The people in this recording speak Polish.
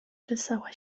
czesała